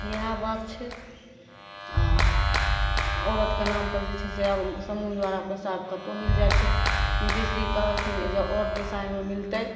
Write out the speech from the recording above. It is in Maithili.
इएह बात छै आओर औरतके नामपर जे छै से आब समूह द्वारा पइसा आब कतहु मिलि जाइ छै नितीशजी कहलखिन जे आओर पइसा एहिमे मिलतै